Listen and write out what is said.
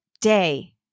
day